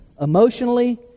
emotionally